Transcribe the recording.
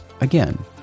again